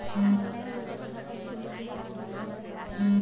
online बचत खाता खोले के का का फ़ायदा हवय